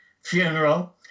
funeral